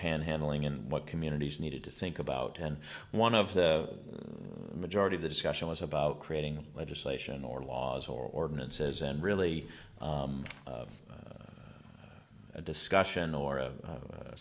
panhandling and what communities needed to think about and one of the majority of the discussion was about creating legislation or laws or ordinances and really a discussion or